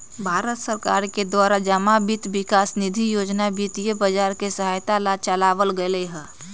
भारत सरकार के द्वारा जमा वित्त विकास निधि योजना वित्तीय बाजार के सहायता ला चलावल गयले हल